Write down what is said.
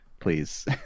please